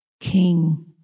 King